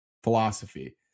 Philosophy